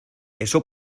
eso